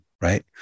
right